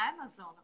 Amazon